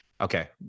Okay